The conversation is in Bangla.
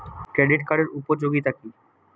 ক্রেডিট কার্ডের উপযোগিতা কি?